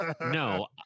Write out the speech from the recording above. No